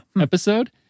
episode